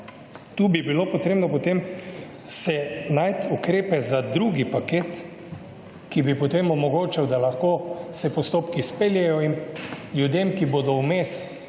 Tu bi bilo potrebno potem se najti ukrepe za drugi paket, ki bi potem omogočal, da lahko se postopki izpeljejo in ljudem, ki bodo vmes,